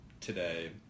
today